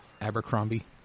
Abercrombie